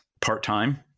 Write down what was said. part-time